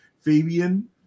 Fabian